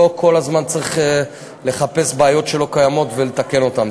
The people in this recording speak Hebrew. לא כל הזמן צריך לחפש בעיות שלא קיימות ולתקן אותן.